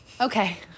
okay